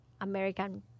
American